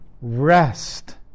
rest